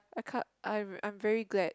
I can't I'm I'm very glad